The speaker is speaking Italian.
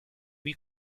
qui